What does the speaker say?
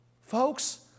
folks